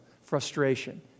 frustration